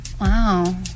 Wow